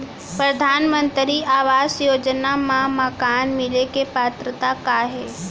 परधानमंतरी आवास योजना मा मकान मिले के पात्रता का हे?